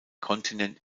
kontinent